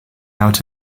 out